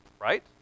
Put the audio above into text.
right